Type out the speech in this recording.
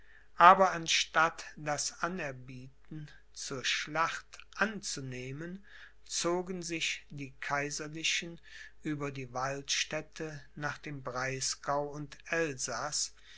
aber anstatt das anerbieten zur schlacht anzunehmen zogen sich die kaiserlichen über die waldstädte nach dem breisgau und elsaß